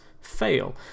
fail